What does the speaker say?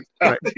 right